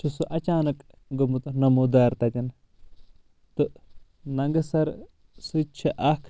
چھُ سُہ اچانک گوٚمُتَن نمودار تتٮ۪ن تہٕ ننگہٕ سر سۭتۍ چھِ اکھ